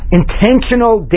intentional